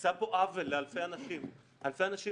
נעשה פה עוול לאלפי אנשים אלפי אנשים